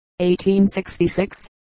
1866